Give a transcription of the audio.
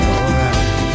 Alright